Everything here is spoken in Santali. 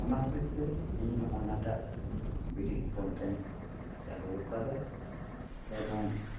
ᱚᱱᱟ ᱦᱚᱛᱮ ᱛᱮ ᱤᱧ ᱦᱚᱜ ᱚ ᱱᱟᱴᱟᱜ ᱵᱤᱨᱤᱫ ᱯᱚᱱᱛᱷᱟᱧ ᱪᱟᱹᱞᱩ ᱟᱠᱟᱫᱟ ᱮᱵᱚᱝ